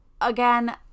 Again